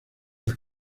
las